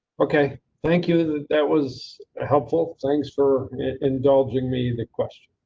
okay, thank you that. that was ah helpful. thanks for indulging me. the questions.